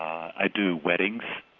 i do weddings,